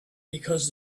because